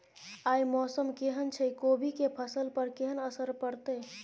आय मौसम केहन छै कोबी के फसल पर केहन असर परतै?